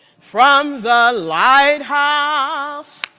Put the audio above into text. from the lighthouse, ah